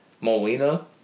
Molina